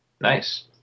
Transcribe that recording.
Nice